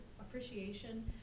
appreciation